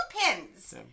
pins